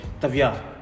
Tavia